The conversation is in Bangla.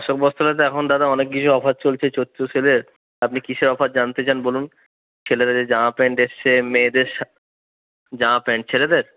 অশোক বস্ত্রালয়তে এখন দাদা অনেক কিছুই অফার চলছে চৈত্র সেলের আপনি কিসের অফার জানতে চান বলুন ছেলেদের জামা প্যান্ট এসেছে মেয়েদের শা জামা প্যান্ট ছেলেদের